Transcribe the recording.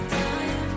time